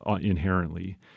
inherently